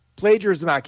plagiarism